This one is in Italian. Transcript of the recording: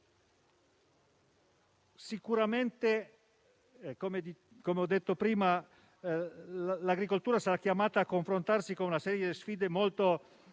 Sicuramente, come ho detto prima, l'agricoltura sarà chiamata a confrontarsi con una serie di sfide molto imponenti